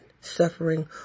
suffering